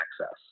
access